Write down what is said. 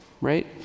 right